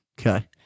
Okay